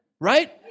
Right